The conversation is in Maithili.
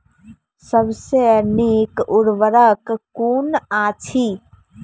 सबसे नीक उर्वरक कून अछि?